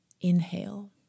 inhale